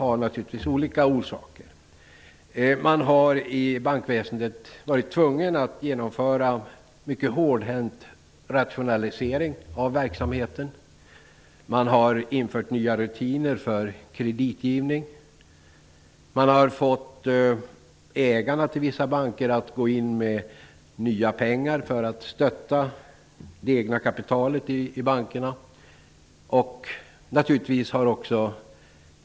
I bankväsendet har man varit tvungen att genomföra en mycket hårdhänt rationalisering av verksamheten. Man har infört nya rutiner för kreditgivning. Man har fått ägarna till vissa banker att gå in med nya pengar för att stötta det egna kapitalet i bankerna.